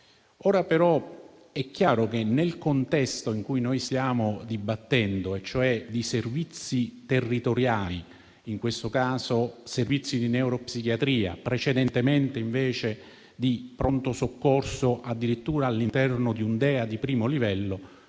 però che, nel contesto di cui stiamo dibattendo, quello cioè dei servizi territoriali - in questo caso servizi di neuropsichiatria e precedentemente servizi di pronto soccorso, addirittura all'interno di un DEA di primo livello